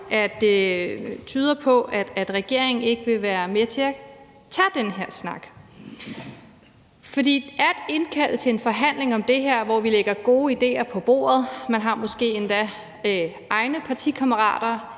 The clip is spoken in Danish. at det tyder på, at regeringen ikke vil være med til at tage den her snak. At indkalde til en forhandling om det her, hvor vi lægger gode idéer på bordet, synes jeg er uproblematisk – man har måske endda egne partikammerater